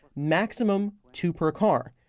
maximum two per car.